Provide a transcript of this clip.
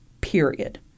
period